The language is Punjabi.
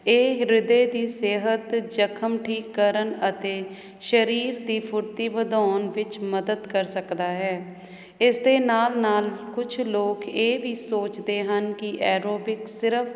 ਇਹ ਹਿਰਦੇ ਦੀ ਸਿਹਤ ਜ਼ਖ਼ਮ ਠੀਕ ਕਰਨ ਅਤੇ ਸਰੀਰ ਦੀ ਫੁਰਤੀ ਵਧਾਉਣ ਵਿੱਚ ਮਦਦ ਕਰ ਸਕਦਾ ਹੈ ਇਸ ਦੇ ਨਾਲ ਨਾਲ ਕੁਛ ਲੋਕ ਇਹ ਵੀ ਸੋਚਦੇ ਹਨ ਕਿ ਐਰੋਬਿਕ ਸਿਰਫ਼